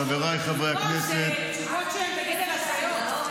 חבריי חברי הכנסת ----- תשובות שהן בגדר הזיות.